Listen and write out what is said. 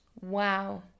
wow